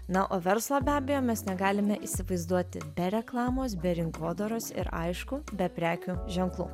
na o verslą be abejo mes negalime įsivaizduoti be reklamos be rinkodaros ir aišku be prekių ženklų